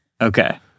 okay